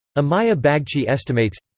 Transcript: amiya bagchi estimates